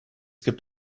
gibt